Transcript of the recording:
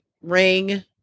Ring